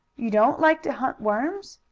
you don't like to hunt worms?